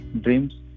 dreams